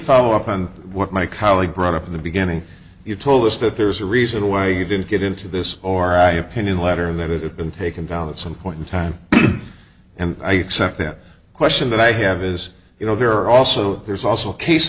follow up on what my colleague brought up in the beginning you told us that there's a reason why you didn't get into this or i opinion letter and that it has been taken down at some point in time and i except that question that i have as you know there are also there's also a case